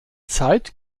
zeit